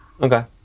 Okay